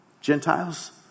gentiles